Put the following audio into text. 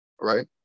right